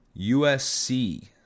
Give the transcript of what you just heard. USC